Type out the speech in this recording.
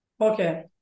Okay